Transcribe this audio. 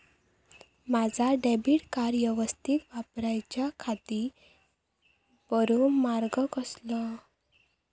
माजा debit card यवस्तीत वापराच्याखाती बरो मार्ग कसलो?